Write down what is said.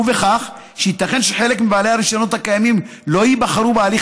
ובכך שייתכן שחלק מבעלי הרישיונות הקיימים לא ייבחרו בהליך